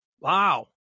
Wow